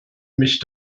mich